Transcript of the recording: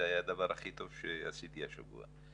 טוב שעשיתי השבוע.